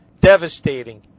devastating